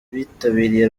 abitabiriye